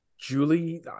Julie